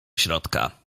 środka